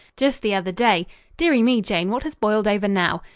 just the other day dearie me, jane, what has boiled over now?